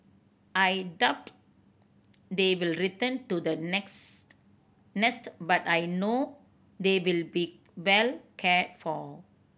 I doubt they will return to the next nest but I know they will be well cared for